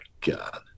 God